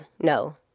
no